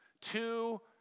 two